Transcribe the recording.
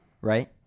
right